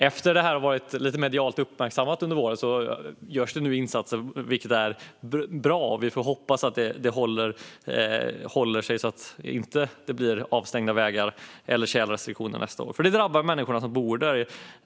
Efter att det här har varit lite medialt uppmärksammat under våren görs det nu insatser, vilket är bra. Vi får hoppas att det håller i sig så att det inte blir avstängda vägar eller tjälrestriktioner nästa år, för det drabbar de människor som bor där.